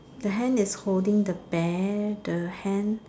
the hand is holding the bear the hand